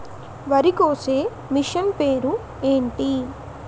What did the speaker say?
వరి కోసే మిషన్ పేరు ఏంటి